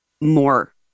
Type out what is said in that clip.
more